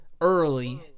early